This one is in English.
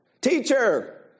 Teacher